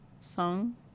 song